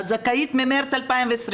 את זכאית ממרס 2020,